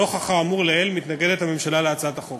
ההצעה שבנדון,